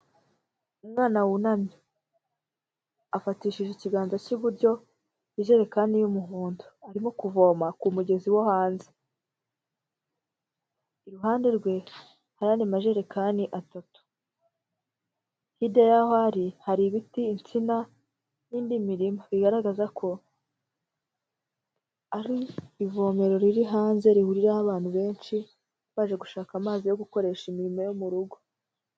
Umwana wunamye, afatishije ikiganza cy'iburyo ijerekani y'umuhondo, arimo kuvoma ku mugezi wo hanze. Iruhande rwe hari ayandi majerekani atatu. Hirya yaho ari hari ibiti, insina n'indi mirima, bigaragaza ko ari ivomero riri hanze rihuriraho abantu benshi baje gushaka amazi yo gukoresha imirimo yo mu rugo.